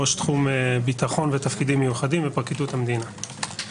ראש תחום ביטחון ותפקידים מיוחדים בפרקליטות המדינה.